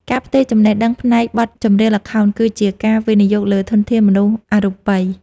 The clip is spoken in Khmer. ការផ្ទេរចំណេះដឹងផ្នែកបទចម្រៀងល្ខោន គឺជាការវិនិយោគលើធនធានមនុស្សអរូបិយ។